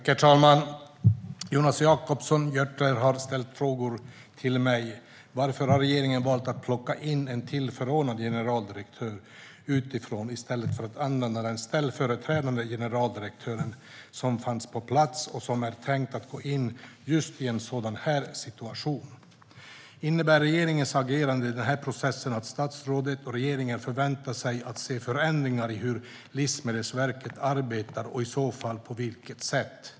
Herr talman! Jonas Jacobsson Gjörtler har ställt följande frågor till mig: Varför har regeringen valt att plocka in en tillförordnad generaldirektör utifrån i stället för att använda den ställföreträdande generaldirektör som fanns på plats och som är tänkt att gå in just i en sådan här situation? Innebär regeringens agerande i den här processen att statsrådet och regeringen förväntar sig att se förändringar i hur Livsmedelsverket arbetar och i så fall på vilket sätt?